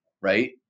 right